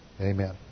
Amen